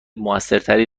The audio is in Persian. موثرتری